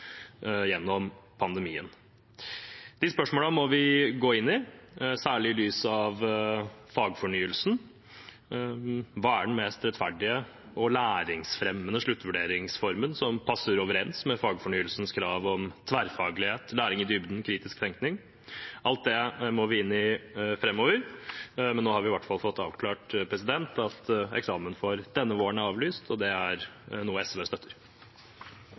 De spørsmålene må vi gå inn i, særlig i lys av fagfornyelsen. Hva er den mest rettferdige og læringsfremmende sluttvurderingsformen, som passer overens med fagfornyelsens krav om tverrfaglighet, læring i dybden, kritisk tenkning? Alt det må vi gå inn i framover, men nå har vi i hvert fall fått avklart at eksamen for denne våren er avlyst, og det er noe SV støtter.